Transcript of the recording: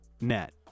net